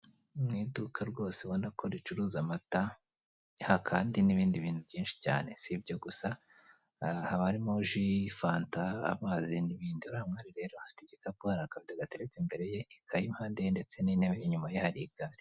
Ni mu iduka rwose ubona ricuruza amata hakaba hari n'inindi bintu byinshi cyane, si ibyo gusa hakaba harimo ji, fanta, amazi n'ibindi. Uriya mwari rero afite igikapu, hari akabido gateretse imbere ye, ikayi impande ye ndetse n'intebe, inyuma ye hari igare.